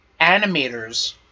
animators